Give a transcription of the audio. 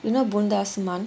you know bundasuman